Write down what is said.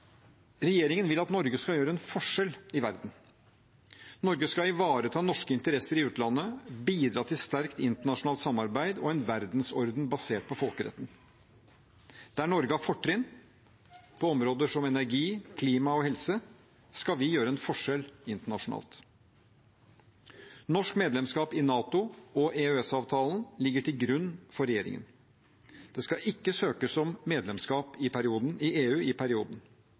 Regjeringen vil at Norge skal gjøre en forskjell i verden. Norge skal ivareta norske interesser i utlandet, bidra til sterkt internasjonalt samarbeid og en verdensorden basert på folkeretten. Der Norge har fortrinn, på områder som energi, klima og helse, skal vi gjøre en forskjell internasjonalt. Norsk medlemskap i NATO og EØS-avtalen ligger til grunn for regjeringen. Det skal ikke søkes om medlemskap i EU i perioden. Handlingsrommet i